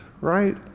right